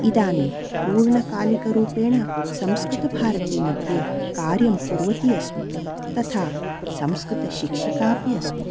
इदानीं पूर्णकालिकरूपेण संस्कृतभारती मध्ये कार्यं कुर्वती अस्मि तथा संस्कृतशिक्षिकापि अस्मि